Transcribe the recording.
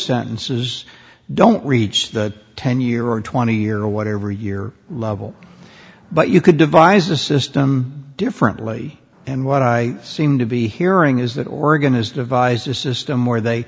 sentences don't reach the ten year or twenty year or whatever year level but you could devise a system differently and what i seem to be hearing is that oregon is devise a system where they